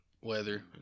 weather